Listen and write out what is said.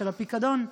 של הפיקדון.